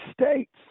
States